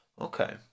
Okay